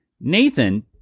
Nathan